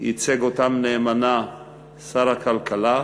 ייצג אותם נאמנה שר הכלכלה,